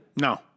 No